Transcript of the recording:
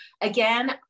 again